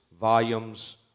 volumes